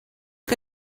que